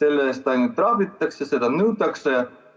selle eest ainult trahvitakse, seda nõutakse.